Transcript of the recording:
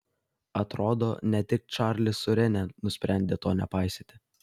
atrodo ne tik čarlis su rene nusprendė to nepaisyti